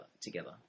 together